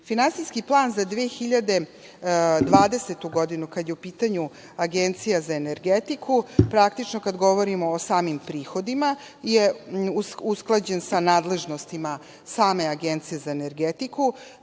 godine. Finansijski plan za 2020. godinu, kada je u pitanju Agencija za energetiku, praktično, kada govorimo o samim prihodima je usklađen sa nadležnosti same Agencije za energetiku.